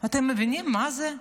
אתם מבינים מה זה?